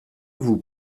vous